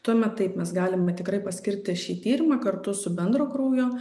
tuomet taip mes galime tikrai paskirti šį tyrimą kartu su bendro kraujo